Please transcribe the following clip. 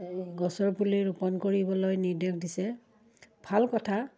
এই গছৰ পুলি ৰোপণ কৰিবলৈ নিৰ্দেশ দিছে ভাল কথা